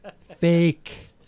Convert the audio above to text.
Fake